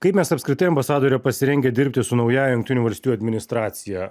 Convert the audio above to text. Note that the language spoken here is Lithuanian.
kaip mes apskritai ambasada yra pasirengę dirbti su naująja jungtinių valstijų administracija